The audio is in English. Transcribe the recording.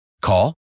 Call